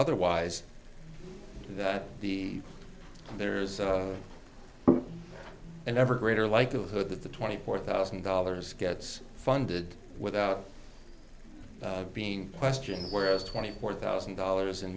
otherwise that the there's an ever greater likelihood that the twenty four thousand dollars gets funded without being questioned whereas twenty four thousand dollars and